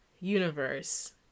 Universe